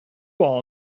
all